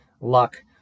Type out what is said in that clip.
luck